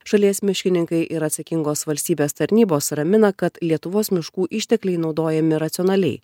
šalies miškininkai ir atsakingos valstybės tarnybos ramina kad lietuvos miškų ištekliai naudojami racionaliai